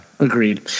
Agreed